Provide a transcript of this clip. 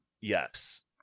Yes